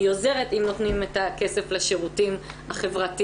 היא עוזרת אם נותנים את הכסף לשירותים החברתיים.